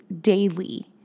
daily